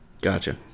Gotcha